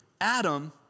Adam